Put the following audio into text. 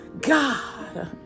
God